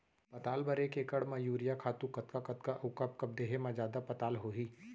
पताल बर एक एकड़ म यूरिया खातू कतका कतका अऊ कब कब देहे म जादा पताल होही?